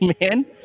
man